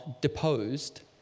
deposed